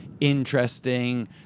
interesting